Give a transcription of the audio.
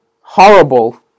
horrible